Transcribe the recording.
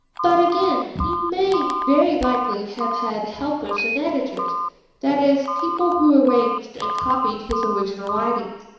but, again, he may very likely have had helpers and editors that is, people who arranged and copied his original writings.